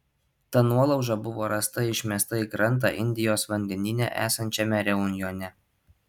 ta nuolauža buvo rasta išmesta į krantą indijos vandenyne esančiame reunjone